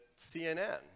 CNN